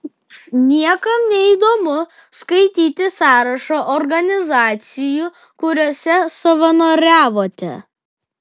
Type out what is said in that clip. niekam neįdomu skaityti sąrašą organizacijų kuriose savanoriavote